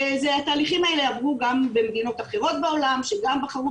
התהליכים האלה עברו גם במדינות אחרות בעולם שגם בחרו